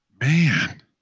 man